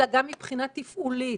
אלא גם מבחינה תפעולית,